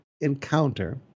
encounter